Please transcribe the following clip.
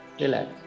relax